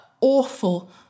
awful